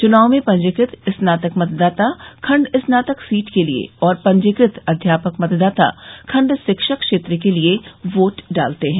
चुनाव में पंजीकृत स्नातक मतदाता खंड स्नातक सीट के लिए और पंजीकृत अध्यापक मतदाता खंड शिक्षक क्षेत्र की सीट के लिए वोट डालते हैं